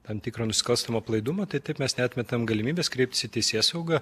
tam tikro nusikalstamo aplaidumo tai taip mes neatmetam galimybės kreiptis į teisėsaugą